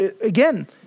again